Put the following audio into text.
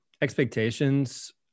expectations